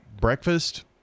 breakfast